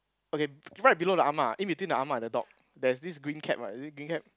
okay right below the ah ma in between the ah ma and the dog there's this green cap right is it green cap